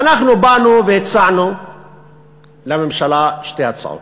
ואנחנו באנו והצענו לממשלה שתי הצעות,